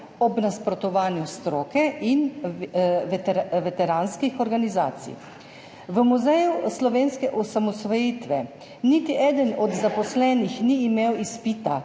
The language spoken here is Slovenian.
ob nasprotovanju stroke in veteranskih organizacij. V Muzeju slovenske osamosvojitve niti eden od zaposlenih ni imel izpita